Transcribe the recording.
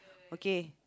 okay